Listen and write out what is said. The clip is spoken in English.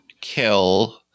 kill